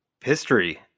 history